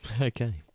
Okay